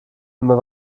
immer